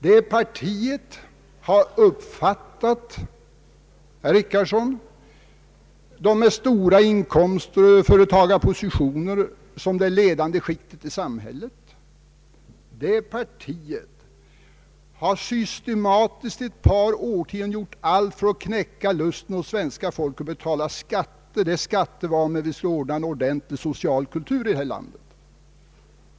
Detta parti har, herr Richardson, uppfattat de stora inkomsttagarna med goda positioner som det ledande skiktet i samhället. Detta parti har syste matiskt under ett par årtionden gjort allt för att knäcka lusten hos det svenska folket att betala skatt — de skatter med vilka vi skall ordna en ordentlig social kultur här i landet.